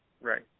Right